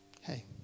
Hey